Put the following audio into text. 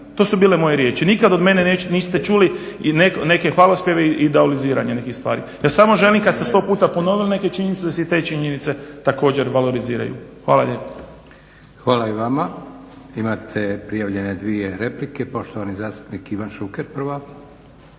To su bile moje riječi. Nikad od mene niste čuli neke hvalospjeve i idealiziranje nekih stvari. Ja samo želim kad ste sto puta ponovili neke činjenice da se i te činjenice također valoriziraju. Hvala lijepa. **Leko, Josip (SDP)** Hvala i vama. Imate prijavljene dvije replike. Poštovani zastupnik Ivan Šuker, prva.